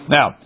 Now